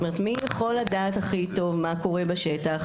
זאת אומרת מי יכול לדעת מה קורה בשטח הכי טוב,